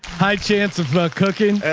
high chance of a cooking.